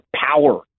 power